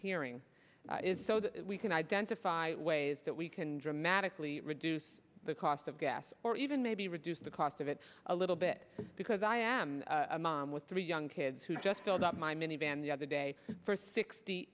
hearing is so that we can identify ways that we can dramatically reduce the cost of gas or even maybe reduce the cost of it a little bit because i am a mom with three young kids who just filled up my minivan the other day for sixty